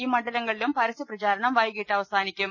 ഈ മണ്ഡല്ങ്ങളിലും പര സ്യപ്രചാരണം നാളെ വൈകിട്ട് അവസാനിക്കും